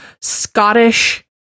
Scottish